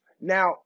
Now